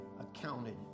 accounted